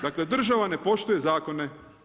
Dakle, država ne poštuje zakone.